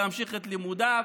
להמשיך את לימודיו,